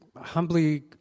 Humbly